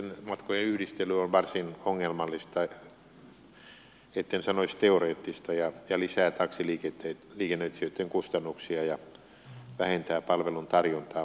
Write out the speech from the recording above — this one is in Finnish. näitten matkojen yhdistely on varsin ongelmallista etten sanoisi teoreettista ja lisää taksiliikennöitsijöitten kustannuksia ja vähentää palvelun tarjontaa maaseudulla